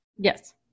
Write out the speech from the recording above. yes